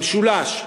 במשולש ובדרום.